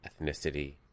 ethnicity